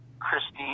Christine